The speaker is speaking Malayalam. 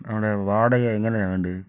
അവിടെ വാടക എങ്ങനെയാണ് ഡി